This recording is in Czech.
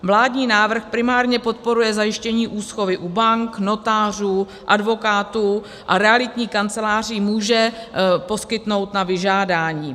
Vládní návrh primárně podporuje zajištění úschovy u bank, notářů, advokátů a realitní kancelář ji může poskytnout na vyžádání.